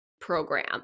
program